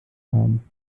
haben